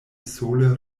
sole